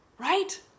right